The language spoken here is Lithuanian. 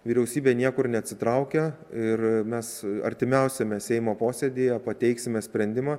vyriausybė niekur neatsitraukia ir mes artimiausiame seimo posėdyje pateiksime sprendimą